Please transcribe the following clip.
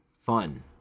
Fun